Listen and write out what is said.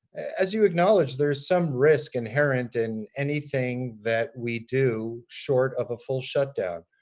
as you acknowledge there's some risk inherent in anything that we do short of a full shutdown,